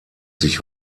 sich